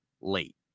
late